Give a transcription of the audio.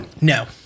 No